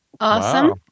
Awesome